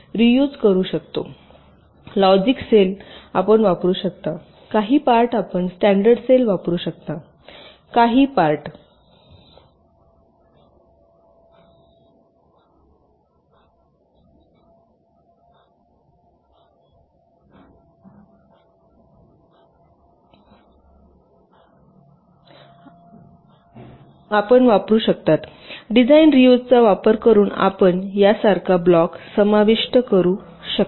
logic cell आपण वापरू शकता काही पार्ट आपण स्टॅंडर्ड सेल वापरू शकता काही पार्ट वेळ पहा 2457 आपण वापरू शकता डिझाइन रीयूजचा वापर करून आपण यासारखा ब्लॉक समाविष्ट करू शकता